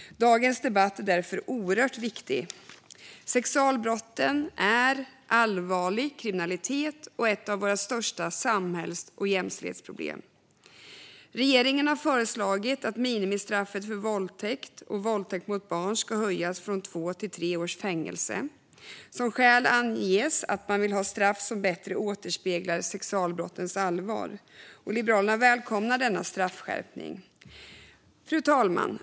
Dagens debatt är därför oerhört viktig. Sexualbrotten utgör allvarlig kriminalitet och ett av våra största samhälls och jämställdhetsproblem. Regeringen har föreslagit att minimistraffet för våldtäkt och våldtäkt mot barn ska höjas från två till tre års fängelse. Som skäl anges att man vill ha straff som bättre återspeglar sexualbrottens allvar. Liberalerna välkomnar denna straffskärpning. Fru talman!